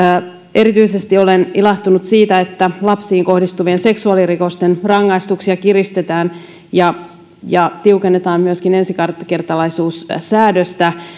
erityisesti olen ilahtunut siitä että lapsiin kohdistuvien seksuaalirikosten rangaistuksia kiristetään ja ja myöskin ensikertalaisuussäädöstä